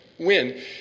win